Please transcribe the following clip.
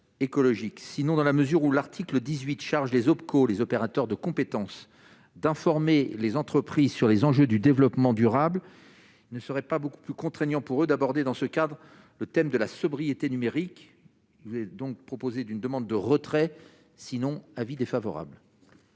sinon dans la mesure où l'article 18 charge les autres co-les opérateurs de compétences, d'informer les entreprises sur les enjeux du développement durable ne serait pas beaucoup plus contraignant pour eux d'aborder dans ce cadre, le thème de la sobriété numérique vous ai donc proposé d'une demande de retrait sinon avis défavorable.